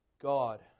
God